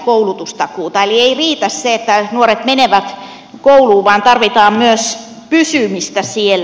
eli ei riitä se että nuoret menevät kouluun vaan tarvitaan myös pysymistä siellä